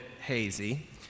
hazy